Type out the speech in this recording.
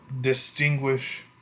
distinguish